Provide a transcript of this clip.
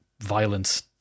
violence